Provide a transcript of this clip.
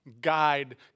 Guide